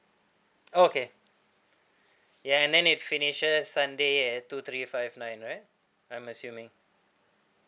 okay ya and then it finishes sunday at two three five nine right I'm assuming